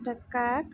ডেকা